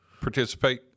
participate